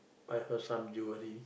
buy her some jewelry